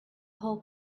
whole